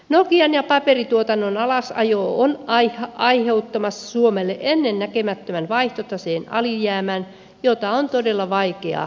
nokian ja paperituotannon alasajo on aiheuttamassa suomelle ennennäkemättömän vaihtotaseen alijäämän jota on todella vaikea korjata